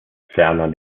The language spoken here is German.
ferner